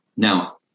Now